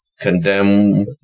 condemn